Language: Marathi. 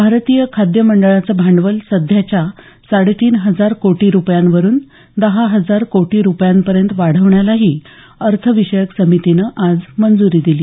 भारतीय खाद्य मंडळाचं भांडवल सध्याच्या साडेतीन हजार कोटी रुपयांवरून दहा हजार कोटी रुपयांपर्यंत वाढवण्यालाही अर्थविषयक समितीनं आज मंजूरी दिली